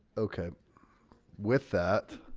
okay with that